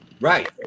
Right